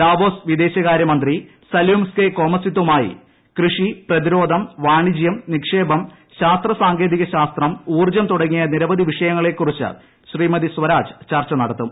Laos വിദേശ കാര്യമന്ത്രി Saleumxay കൊമസിതുമായി കൃഷി പ്രതിരോധം വാണിജ്യം നിക്ഷേപം ശാസ്ത്ര സാങ്കേതിക ശാസ്ത്രം ഊർജ്ജം തുടങ്ങി നിരവധി വിഷയങ്ങളെക്കുറിച്ച് ശ്രീമതി സ്വരാജ് ചർച്ച നടത്തും